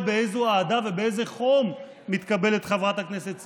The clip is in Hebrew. באיזו אהדה ובאיזה חום מתקבלת חברת הכנסת סילמן,